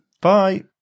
Bye